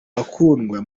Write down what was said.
bakundwa